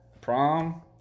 prom